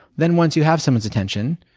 then, once you have someone's attention,